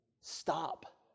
Stop